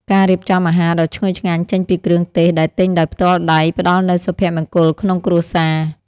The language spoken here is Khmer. ការរៀបចំអាហារដ៏ឈ្ងុយឆ្ងាញ់ចេញពីគ្រឿងទេសដែលទិញដោយផ្ទាល់ដៃផ្ដល់នូវសុភមង្គលក្នុងគ្រួសារ។